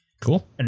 cool